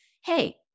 Hey